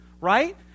right